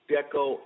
Deco